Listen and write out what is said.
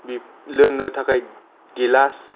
लोंनो थाखाय गिलास